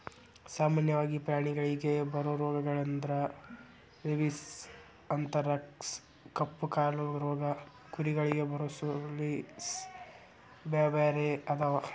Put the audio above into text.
ಸಾಮನ್ಯವಾಗಿ ಪ್ರಾಣಿಗಳಿಗೆ ಬರೋ ರೋಗಗಳಂದ್ರ ರೇಬಿಸ್, ಅಂಥರಾಕ್ಸ್ ಕಪ್ಪುಕಾಲು ರೋಗ ಕುರಿಗಳಿಗೆ ಬರೊಸೋಲೇಸ್ ಬ್ಯಾರ್ಬ್ಯಾರೇ ಅದಾವ